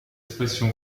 expression